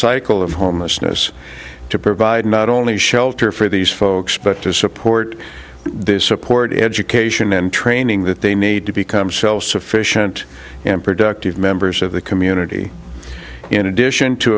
cycle of homelessness to provide not only shelter for these folks but to support this support education and training that they need to become self sufficient and productive members of the community in addition to